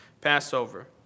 Passover